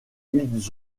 ils